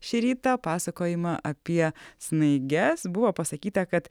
šį rytą pasakojimą apie snaiges buvo pasakyta kad